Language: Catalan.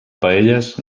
paelles